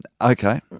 Okay